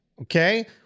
okay